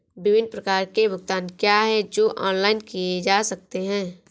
विभिन्न प्रकार के भुगतान क्या हैं जो ऑनलाइन किए जा सकते हैं?